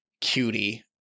cutie